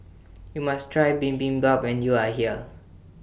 YOU must Try Bibimbap when YOU Are here